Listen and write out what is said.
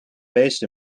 based